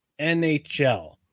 NHL